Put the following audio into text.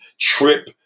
trip